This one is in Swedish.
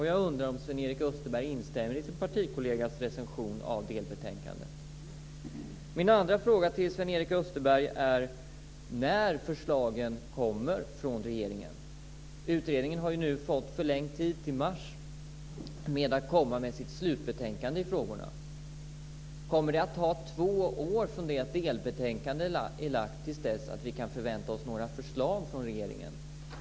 Jag undrar om Sven-Erik Österberg instämmer i sin partikollegas recension av delbetänkandet. Min andra fråga till Sven-Erik Österberg är: När kommer förslagen från regeringen? Utredningen har ju nu fått förlängd tid, till mars, när det gäller att komma med sitt slutbetänkande i frågorna. Kommer det att ta två år från det att delbetänkandet är lagt till dess att vi kan förvänta oss några förslag från regeringen?